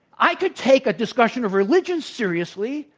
i could take a discussion of religion seriously,